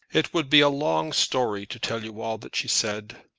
it would be a long story to tell you all that she said.